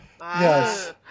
Yes